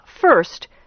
first